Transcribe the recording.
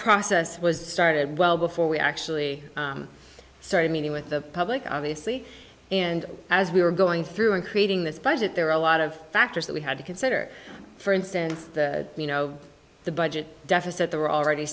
process was started well before we actually started meeting with the public obviously and as we were going through in creating this budget there were a lot of factors that we had to consider for instance you know the budget deficit there were already